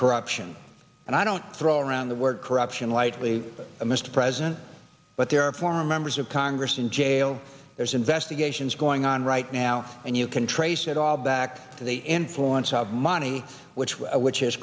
corruption and i don't throw around the word corruption lightly mr president but there are four members of congress in jail there's investigations going on right now and you can trace it all back to the influence of money which will which is